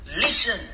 Listen